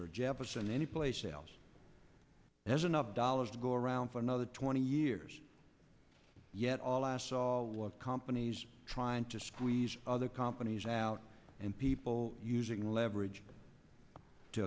or jefferson any place else there's enough dollars to go around for another twenty years yet all last all of companies trying to squeeze other companies out and people using